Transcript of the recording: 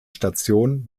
station